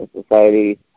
society